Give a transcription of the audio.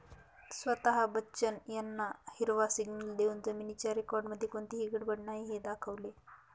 स्वता बच्चन यांना हिरवा सिग्नल देऊन जमिनीच्या रेकॉर्डमध्ये कोणतीही गडबड नाही हे दाखवले